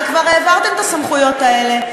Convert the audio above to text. הרי כבר העברתם את הסמכויות האלה.